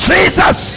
Jesus